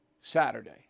Saturday